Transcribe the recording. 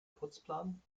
putzplan